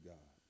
God